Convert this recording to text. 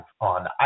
on